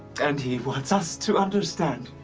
and he wants us to understand.